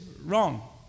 wrong